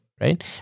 right